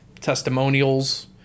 testimonials